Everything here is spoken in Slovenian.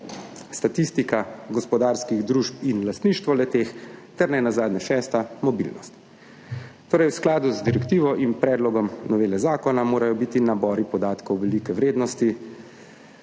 statistika, gospodarske družbe in lastništvo le-teh ter šesta, mobilnost. V skladu z direktivo in predlogom novele zakona morajo biti nabori podatkov velike vrednosti